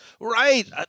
Right